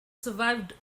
survived